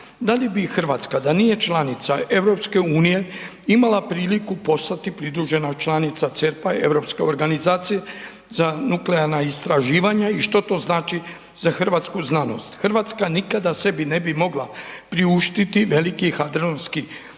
Da li bi RH da nije članica EU, imala priliku postati pridružena članica CERN-a Europske organizacije za nuklearna istraživanja i što to znači za hrvatsku znanost? RH nikada sebi ne bi mogla priuštiti veliki …/Govornik se ne